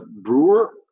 brewer